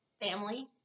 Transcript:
family